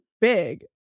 big